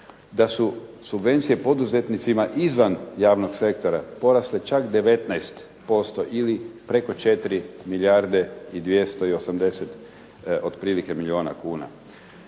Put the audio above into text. da su subvencije poduzetnicima izvan javnog sektora porasle čak 19% ili preko 4 milijarde i 280 otprilike milijuna kuna.